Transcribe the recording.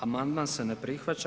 Amandman se ne prihvaća.